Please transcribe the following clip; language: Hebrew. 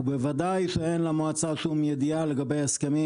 ובוודאי שאין למועצה שום ידיעה לגבי הסכמים